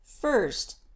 first